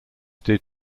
did